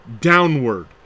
downward